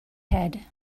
head